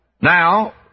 Now